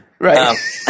Right